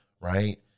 right